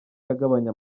yagabanye